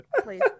Please